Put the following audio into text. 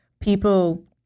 people